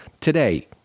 Today